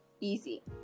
easy